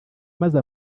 maze